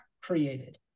created